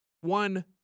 one